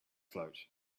float